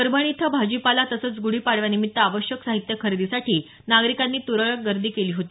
परभणी इथं भाजीपाला तसंच ग्ढीपाडव्यानिमित्त आवश्यक साहित्य खरेदीसाठी नागरिकांनी तुरळक गर्दी केली होती